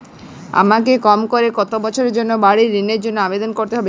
আমাকে কম করে কতো বছরের জন্য বাড়ীর ঋণের জন্য আবেদন করতে হবে?